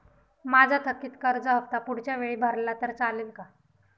माझा थकीत कर्ज हफ्ता पुढच्या वेळी भरला तर चालेल का?